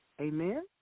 Amen